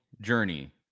journey